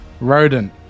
Rodent